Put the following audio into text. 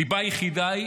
הסיבה היחידה היא